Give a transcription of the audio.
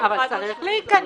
אבל צריך להיכנס.